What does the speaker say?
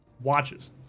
watches